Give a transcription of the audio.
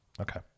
Okay